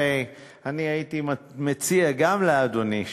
ואני הייתי מציע גם לאדוני,